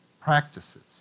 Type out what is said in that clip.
practices